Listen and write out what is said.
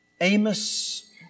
Amos